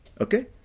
okay